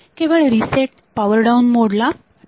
केवळ reset power down mode ला terminate करेल